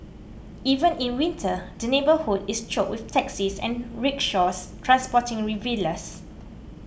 even in winter the neighbourhood is choked with taxis and rickshaws transporting revellers